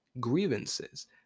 grievances